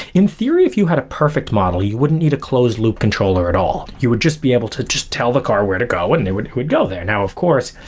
in theory if you had a perfect model, you wouldn't need a closed-loop controller at all. you would just be able to just tell the car where to go and they would would go there. now of course,